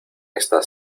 esta